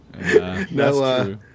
no